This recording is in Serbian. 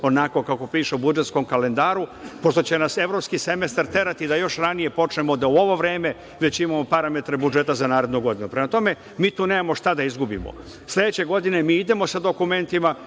onako kako piše u budžetskom kalendaru, pošto će nas evropski semestar terati da još ranije počnemo da u ovo vreme već imamo parametre budžeta za narednu godinu. Prema tome, mi tu nemamo šta da izgubimo. Sledeće godine mi idemo sa dokumentima,